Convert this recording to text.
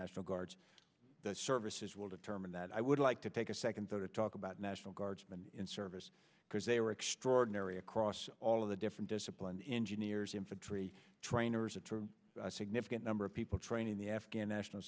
national guards that services will determine that i would like to take a second thought to talk about national guardsmen in service because they are extraordinary across all of the different disciplines engineers infantry trainers a significant number of people training the afghan national